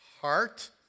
heart